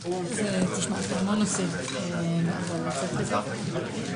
אני לא לוקחת שכר כבר 10 שנים כי אין כסף בעמותה לשלם.